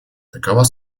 такова